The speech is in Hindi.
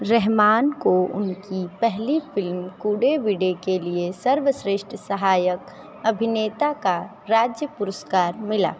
रहमान को उनकी पहली फ़िल्म कूडेविडे के लिए सर्वश्रेष्ठ सहायक अभिनेता का राज्य पुरस्कार मिला